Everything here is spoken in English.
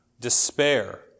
despair